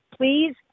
please